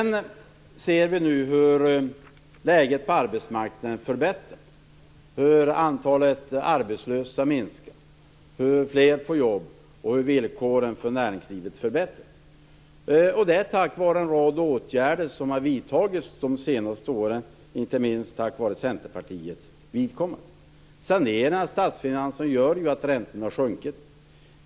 Nu ser vi hur läget på arbetsmarknaden förbättras. Antalet arbetslösa minskar. Fler får jobb, och villkoren för näringslivet förbättras. Detta sker tack vare en rad åtgärder som har vidtagits de senaste åren, och inte minst tack vare Centerpartiets insatser. Saneringen av statsfinanserna gör ju att räntorna har sjunkit.